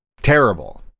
terrible